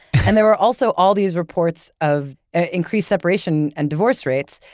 and there were also all these reports of increased separation and divorce rates.